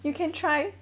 you eat